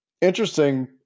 interesting